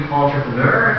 entrepreneur